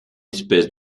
espèce